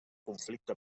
conflicte